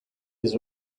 his